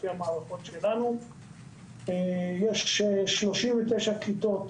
יש 39 כיתות